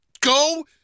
go